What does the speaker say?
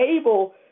able